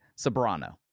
Sobrano